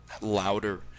louder